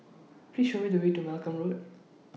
Please Show Me The Way to Malcolm Road